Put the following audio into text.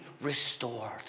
restored